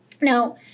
Now